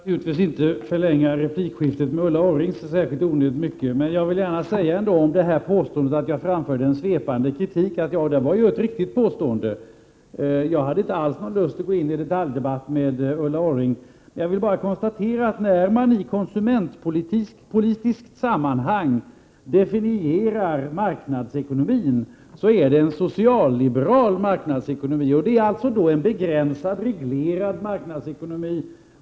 Fru talman! Jag vill naturligtvis inte förlänga det här replikskiftet onödigt mycket. Men när det gäller påståendet att jag skulle ha framfört svepande kritik vill jag ändå säga att jag tycker att det är ett riktigt påstående. Jag hade nämligen inte alls lust att gå in i en detaljdebatt med Ulla Orring. Men när man i konsumentpolitiska sammanhang definierar ordet marknadsekonomi är det fråga om en socialliberal marknadsekonomi. Det är alltså en begränsad, reglerad marknadsekonomi.